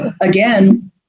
again